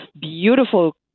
beautiful